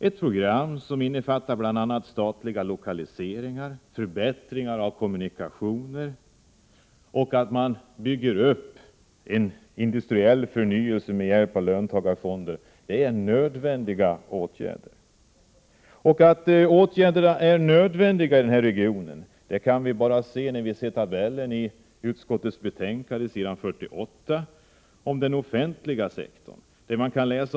Ett program som innefattar bl.a. statliga lokaliseringar, förbättringar av kommunikationer och en industriell förnyelse med hjälp av löntagarfonder är nödvändigt. Att åtgärderna är nödvändiga i den här regionen kan vi se när vi tittar på tabellen i utskottets betänkande på s. 48, som gäller den offentliga sektorn.